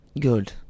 Good